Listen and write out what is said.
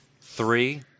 three